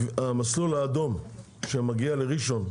אני רוצה לדעת על המסלול האדום שמגיע לראשון.